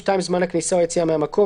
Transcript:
(2)זמן הכניסה או היציאה מהמקום,